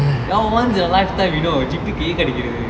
ya once in your lifetime you know G_P_A A கிடைக்ரது:kidaikrathu